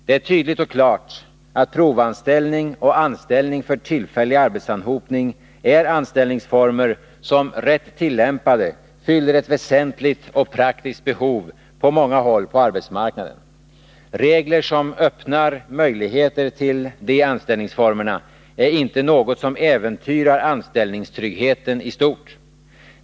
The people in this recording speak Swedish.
Det är tydligt och klart att provanställning och anställning för tillfällig arbetsanhopning är anställningsformer som, rätt tillämpade, fyller ett väsentligt och praktiskt behov på många håll på arbetsmarknaden. Regler som öppnar möjligheter till de anställningsformerna är inte något som äventyrar anställningstryggheten i stort.